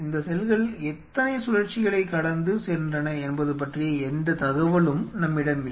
இந்த செல்கள் எத்தனை சுழற்சிகளை கடந்து சென்றன என்பது பற்றிய எந்த தகவலும் நம்மிடம் இல்லை